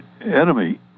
enemy